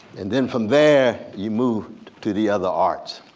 and then from there you move to the other arts.